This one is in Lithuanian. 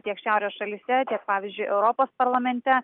tiek šiaurės šalyse tiek pavyzdžiui europos parlamente